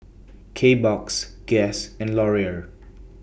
Kbox Guess and Laurier